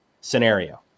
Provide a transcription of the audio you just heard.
scenario